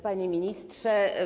Panie Ministrze!